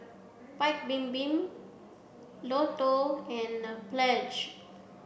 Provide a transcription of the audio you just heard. Paik Bibim Lotto and Pledge